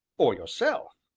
or yourself!